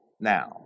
Now